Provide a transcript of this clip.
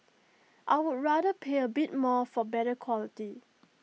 I would rather pay A bit more for better quality